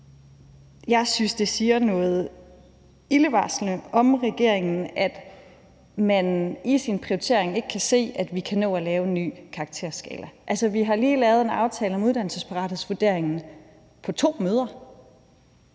jeg synes, det siger noget ildevarslende om regeringen, at man i sin prioritering ikke kan se, at vi kan nå at lave en ny karakterskala. Vi har lige lavet en aftale om uddannelsesparathedsvurdering på to møder,